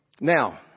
Now